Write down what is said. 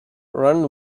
runs